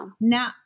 now